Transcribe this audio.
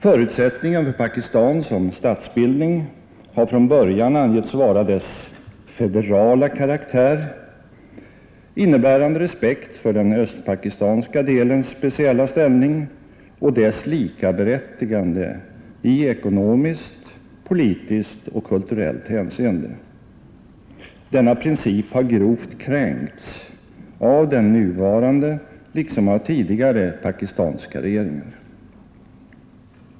Förutsättningen för Pakistan som statsbildning har från början angetts vara dess federala karaktär, innebärande respekt för den östpakistanska delens speciella ställning och dess likaberättigande i ekonomiskt, politiskt och kulturellt hänseende. Denna princip har grovt kränkts av den nuvarande liksom av tidigare pakistanska regeringar.